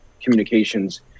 communications